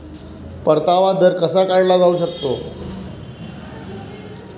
परतावा दर कसा काढला जाऊ शकतो?